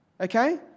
okay